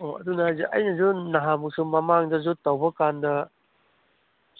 ꯑꯣ ꯑꯗꯨꯅ ꯍꯥꯏꯁꯦ ꯑꯩꯅꯁꯨ ꯅꯍꯥꯟꯃꯨꯛꯁꯨ ꯃꯃꯥꯡꯗꯁꯨ ꯇꯧꯕꯀꯥꯟꯗ